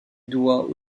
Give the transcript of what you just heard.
doit